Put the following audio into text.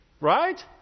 Right